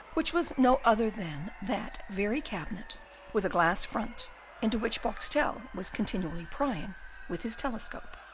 which was no other than that very cabinet with a glass front into which boxtel was continually prying with his telescope.